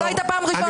לא הייתה ראשונה.